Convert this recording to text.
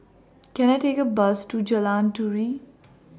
Can I Take A Bus to Jalan Turi